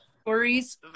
stories